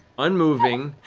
unmoving,